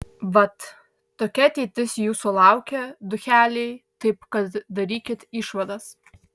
vat tokia ateitis jūsų laukia ducheliai taip kad darykit išvadas